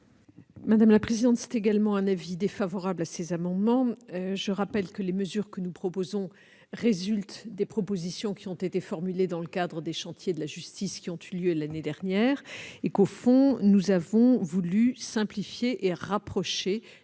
? Le Gouvernement émet également un avis défavorable sur ces amendements. Je rappelle que les mesures que nous proposons résultent des propositions formulées dans le cadre des chantiers de la justice, qui ont eu lieu l'année dernière. Au fond, nous avons voulu simplifier et rapprocher les régimes